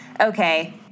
okay